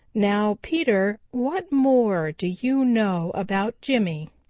now, peter, what more do you know about jimmy?